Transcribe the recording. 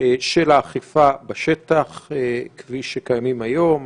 של האכיפה בשטח כפי שהיא קיימת היום,